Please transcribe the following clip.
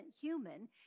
human